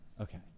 Okay